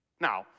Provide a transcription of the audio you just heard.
Now